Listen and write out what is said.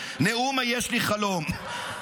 נאום "יש לי חלום".